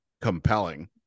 compelling